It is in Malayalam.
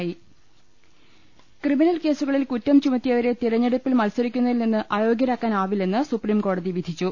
ൾ ൽ ൾ ക്രിമിനൽ കേസുകളിൽ കുറ്റം ചുമത്തിയവരെ തെരഞ്ഞെടു പ്പിൽ മത്സരിക്കുന്നതിൽ നിന്ന് അയോഗൃരാക്കാനാവില്ലെന്ന് സുപ്രീംകോടതി വിധിച്ചു